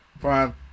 Prime